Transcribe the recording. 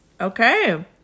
Okay